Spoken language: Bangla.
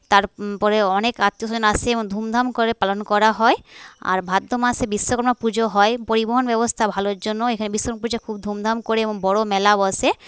তারপরে অনেক আত্মীয়স্বজন আসে এবং ধুমধাম করে পালন করা হয় আর ভাদ্র মাসে বিশ্বকর্মা পুজো হয় পরিবহন ব্যবস্থার ভালোর জন্য এখানে বিশ্বকর্মা পুজো খুব ধুমধাম করে এবং বড় মেলা বসে